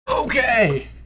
Okay